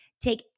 take